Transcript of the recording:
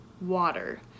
water